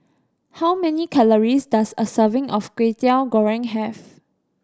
how many calories does a serving of Kwetiau Goreng have